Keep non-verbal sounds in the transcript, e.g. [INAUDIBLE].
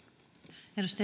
arvoisa [UNINTELLIGIBLE]